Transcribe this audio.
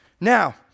Now